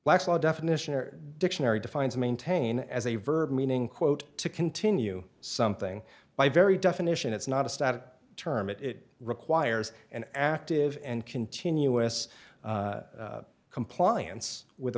law definition or dictionary defines maintain as a verb meaning quote to continue something by very definition it's not a static term it it requires an active and continuous compliance with